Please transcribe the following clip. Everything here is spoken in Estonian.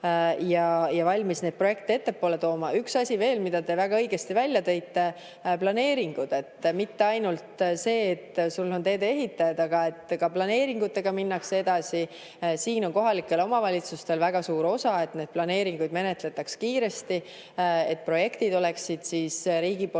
valmis neid projekte ettepoole tooma. Üks asi veel, mille te väga õigesti välja tõite: need on planeeringud. [Tähtis] pole mitte ainult see, et sul on teedeehitajad, vaid et ka planeeringutega minnakse edasi. Siin on kohalikel omavalitsustel väga suur osa, et neid planeeringuid menetletaks kiiresti, et projektid oleksid riigi poolt